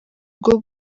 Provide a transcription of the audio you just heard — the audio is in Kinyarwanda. urwo